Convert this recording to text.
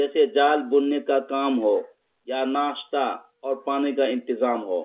جیسے جال بننے کا کام ہو یا ناشتہ اور پانی کا انتظام ہو